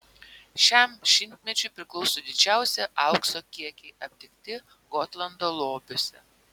šiam šimtmečiui priklauso didžiausi aukso kiekiai aptikti gotlando lobiuose